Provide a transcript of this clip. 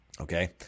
okay